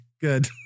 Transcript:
good